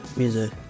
music